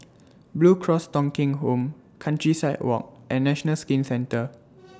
Blue Cross Thong Kheng Home Countryside Walk and National Skin Centre